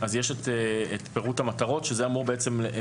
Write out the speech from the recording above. יש את פירוט המטרות שזה אמור להכתיב